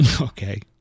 Okay